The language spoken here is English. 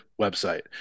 website